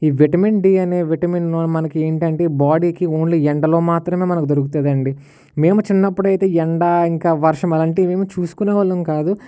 ఈ vitamin D అనే vitamin మనకు ఏమిటంటే బాడీకి ఓన్లీ ఎండలో మాత్రమే మనకు దొరుకుతుంది అండి మేము చిన్నప్పుడు అయితే ఎండ ఇంకా వర్షం అలాంటివి ఏమి చూసుకునేవాళ్ళం కాదు